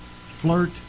flirt